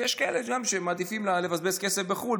יש כאלה שמעדיפים לבזבז כסף בחו"ל,